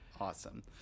Awesome